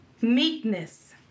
meekness